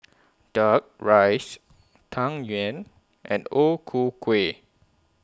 Duck Rice Tang Yuen and O Ku Kueh